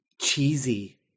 cheesy